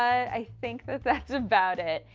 i think that that's about it.